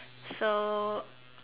so